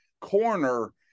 corner